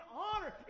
honor